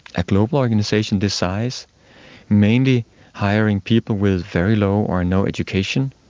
a global organisation this size mainly hiring people with very low or no education,